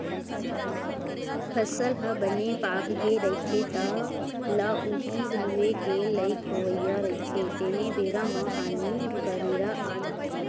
फसल ह बने पाकगे रहिथे, तह ल उही लूए के लइक होवइया रहिथे तेने बेरा म पानी, गरेरा आ जाथे